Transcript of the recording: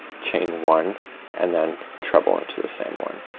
chain one and then treble into the same one.